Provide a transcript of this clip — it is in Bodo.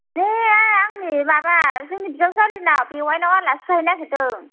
बे आंनि माबा जोंनि बिजावजालि नाव बेवाय नाव आलासि जाहैनो नागेरदों